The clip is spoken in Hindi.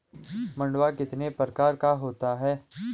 मंडुआ कितने प्रकार का होता है?